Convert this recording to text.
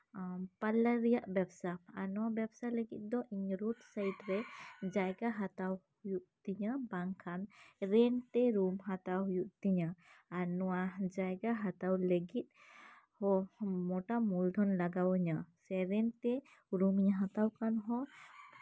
parlour ᱨᱮᱭᱟᱜ ᱵᱮᱵᱥᱟ ᱱᱚᱣᱟ ᱵᱮᱵᱥᱟ ᱞᱟᱹᱜᱤᱫ ᱫᱚ ᱨᱳᱰ ᱥᱟᱭᱤᱰᱨᱮ ᱡᱟᱭᱜᱟ ᱦᱟᱛᱟᱣ ᱦᱩᱭᱩᱜ ᱛᱤᱧᱟ ᱵᱟᱠᱷᱟᱱ ᱨᱮᱱᱴ ᱛᱮ ᱨᱩᱢ ᱦᱟᱛᱟᱣ ᱦᱩᱭᱩᱜ ᱛᱤᱧᱟᱹ ᱟᱨ ᱱᱚᱣᱟ ᱡᱟᱭᱜᱟ ᱦᱟᱛᱟᱣ ᱞᱟᱹᱜᱤᱫ ᱯᱨᱚᱛᱷᱚᱢ ᱢᱳᱴᱟ ᱢᱩᱞᱫᱷᱚᱱ ᱞᱟᱜᱟᱣ ᱤᱧᱟ ᱥᱮ ᱨᱮᱱᱴᱛᱮ ᱨᱩᱢ ᱤᱧ ᱦᱟᱛᱣ ᱠᱟᱜ ᱨᱮᱦᱚᱸ